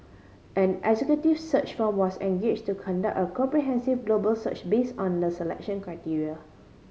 an executive search firm was engage to conduct a comprehensive global search base on the selection criteria